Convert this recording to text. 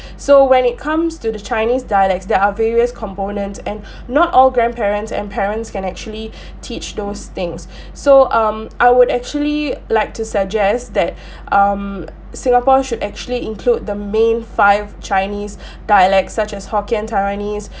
so when it comes to the chinese dialects there are various components and not all grandparents and parents can actually teach those things so um I would actually like to suggest that um singapore should actually include the main five chinese dialects such as hokkien taiwanese